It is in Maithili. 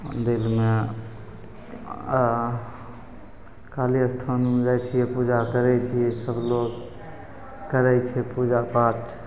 मन्दिरमे काली अस्थानमे जाइ छिए पूजा करै छिए सभलोक करै छै पूजापाठ